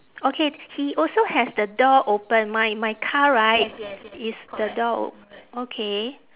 okay he also has the door open my my car right is the door o~ okay